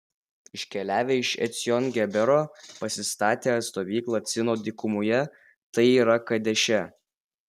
iškeliavę iš ecjon gebero pasistatė stovyklą cino dykumoje tai yra kadeše